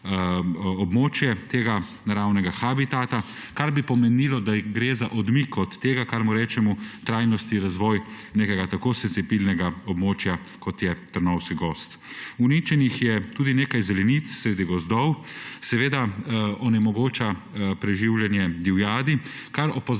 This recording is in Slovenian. območje tega naravnega habitata, kar bi pomenilo, da gre za odmik od tega, čemur rečemo trajnostni razvoj nekega tako senzibilnega območja, kot je Trnovski gozd. Uničenih je tudi nekaj zelenic sredi gozdov. Seveda to onemogoča preživljanje divjadi, na kar opozarjajo